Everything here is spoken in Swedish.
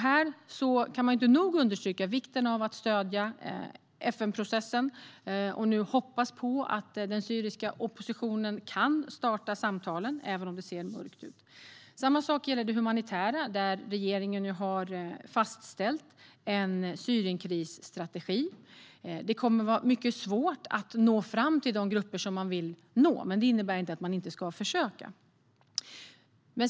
Här kan man inte nog understryka vikten av att stödja FN-processen och nu hoppas på att den syriska oppositionen kan starta samtalen, även om det ser mörkt ut. Samma sak gäller det humanitära, där regeringen nu har fastställt en Syrienkrisstrategi. Det kommer att vara mycket svårt att nå fram till de grupper man vill nå, men det innebär inte att man inte ska försöka.